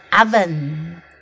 oven